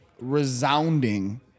resounding